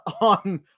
on